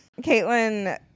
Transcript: Caitlin